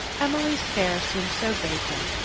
emily's stare seemed so vacant,